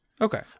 Okay